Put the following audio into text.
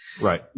Right